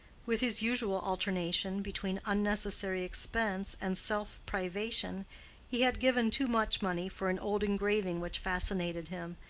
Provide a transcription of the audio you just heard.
with his usual alternation between unnecessary expense and self-privation, he had given too much money for an old engraving which fascinated him,